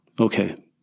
Okay